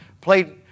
played